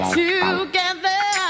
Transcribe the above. together